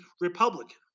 Republican